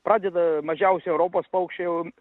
pradeda mažiausi europos paukščiai jau